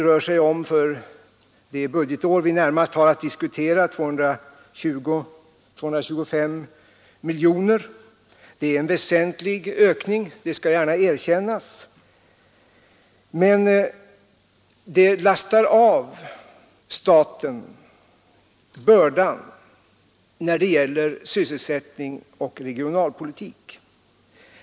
För det budgetår vi närmast har att diskutera rör det sig om 220—225 miljoner kronor. Det är en väsentlig ökning, det skall erkännas, men det lastar även av staten bördor när det gäller sysselsättning och regionalpolitik.